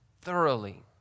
thoroughly